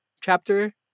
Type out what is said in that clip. chapter